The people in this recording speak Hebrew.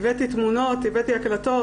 הבאתי תמונות, הבאתי הקלטות.